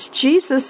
Jesus